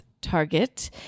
target